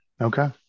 okay